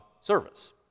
service